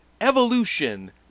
Evolution